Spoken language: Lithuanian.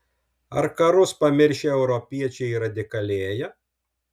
ar karus pamiršę europiečiai radikalėja